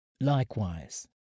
Likewise